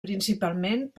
principalment